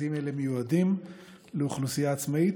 מרכזים אלה מיועדים לאוכלוסייה עצמאית,